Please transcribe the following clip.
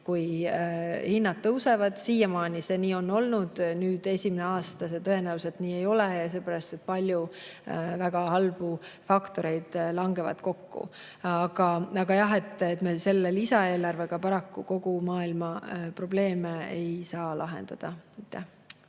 kui hinnad tõusevad. Siiamaani on see nii olnud. Nüüd, esimene aasta see tõenäoliselt nii ei ole, sellepärast et palju väga halbu faktoreid langeb kokku. Aga jah, selle lisaeelarvega me paraku kogu maailma probleeme lahendada